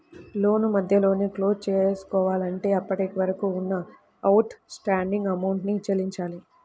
లోను మధ్యలోనే క్లోజ్ చేసుకోవాలంటే అప్పటివరకు ఉన్న అవుట్ స్టాండింగ్ అమౌంట్ ని చెల్లించాలి